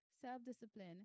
self-discipline